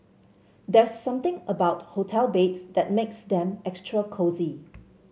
there's something about hotel beds that makes them extra cosy